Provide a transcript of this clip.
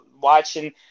watching